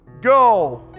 go